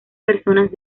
personas